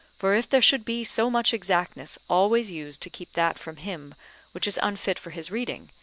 for if there should be so much exactness always used to keep that from him which is unfit for his reading,